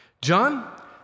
John